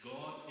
God